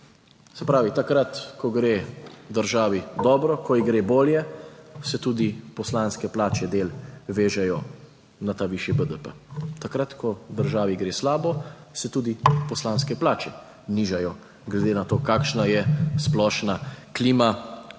Se pravi, takrat, ko gre državi dobro, ko ji gre bolje se tudi poslanske plače del vežejo na ta višji BDP, takrat ko državi gre slabo, se tudi poslanske plače nižajo glede na to kakšna je splošna klima,